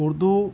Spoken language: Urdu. اردو